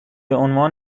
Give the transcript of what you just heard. عنوان